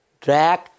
drag